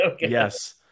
yes